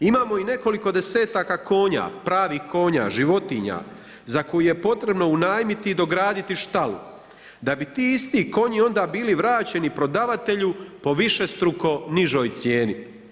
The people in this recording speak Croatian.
Imamo i nekoliko 10-taka, konja, pravih konja, životinja za koju je potrebno unajmiti, dograditi štalu, da bi ti isti konji onda bili vraćeni prodavatelju po višestrukoj nižoj cijeni.